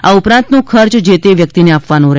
આ ઉપરાંતનો ખર્ચ જે તે વ્યક્તિને આપવાનો રહેશે